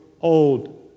old